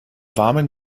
warmen